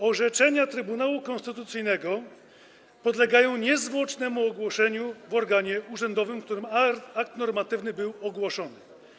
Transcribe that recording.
Orzeczenia Trybunału Konstytucyjnego podlegają niezwłocznemu ogłoszeniu w organie urzędowym, w którym akt normatywny był ogłoszony.